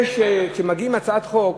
כשמגיעה הצעת חוק,